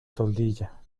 toldilla